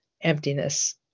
emptiness